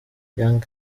yang